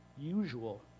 usual